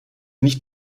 nicht